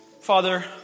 Father